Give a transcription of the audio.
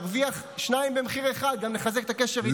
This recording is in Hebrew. נרוויח שניים במחיר אחד, גם נחזק את הקשר איתם.